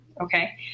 okay